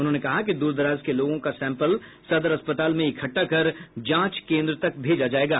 उन्होंने कहा कि दूर दराज के लोगों का सैंपल सदर अस्पताल में इकट्ठा कर जांच केन्द्र तक भेजा जायेगा